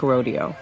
Rodeo